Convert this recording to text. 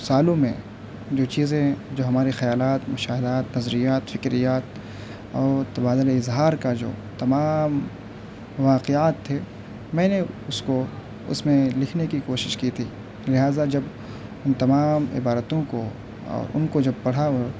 سالوں میں جو چیزیں جو ہمارے خیالات مشاہدات نظریات فکریات اور تبادلۂ اظہار کا جو تمام واقعات تھے میں نے اس کو اس میں لکھنے کی کوشش کی تھی لہٰذا جب ان تمام عبارتوں کو ان کو جب پڑھا